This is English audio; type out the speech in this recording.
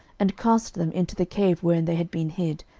and cast them into the cave wherein they had been hid,